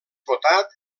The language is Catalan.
votat